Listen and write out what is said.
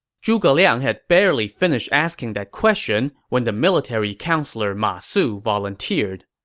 zhuge liang had barely finished asking that question when the military counselor ma su volunteered.